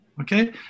okay